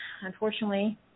unfortunately